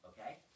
Okay